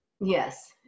Yes